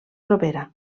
propera